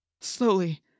Slowly